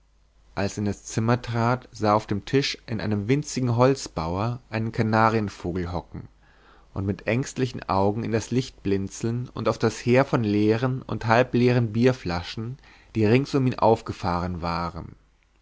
als er in das zimmer trat sah er auf dem tisch in einem winzigen holzbauer einen kanarienvogel hocken und mit ängstlichen augen in das licht blinzeln und auf das heer von leeren und halbleeren bierflaschen die rings um ihn aufgefahren waren